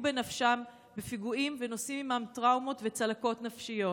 בנפשם בפיגועים ונושאים עימם טראומות וצלקות נפשיות.